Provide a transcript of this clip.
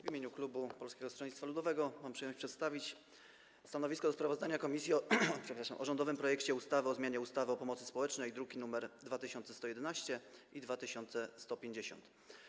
W imieniu klubu Polskiego Stronnictwa Ludowego mam przyjemność przedstawić stanowisko wobec sprawozdania komisji o rządowym projekcie ustawy o zmianie ustawy o pomocy społecznej, druki nr 2111 i 2150.